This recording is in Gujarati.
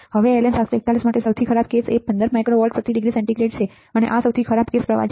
હવે LM741 માટે સૌથી ખરાબ કેસ પ્રવાહ 15 માઇક્રો વોલ્ટ પ્રતિ ડિગ્રી સેન્ટીગ્રેડ છે આ સૌથી ખરાબ કેસ પ્રવાહ છે